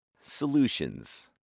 Solutions